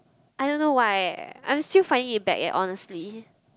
I don't know why eh I'm still finding it back eh honestly